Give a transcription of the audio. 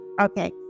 Okay